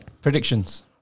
Predictions